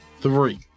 three